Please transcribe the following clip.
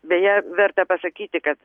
beje verta pasakyti kad